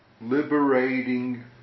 liberating